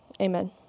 amen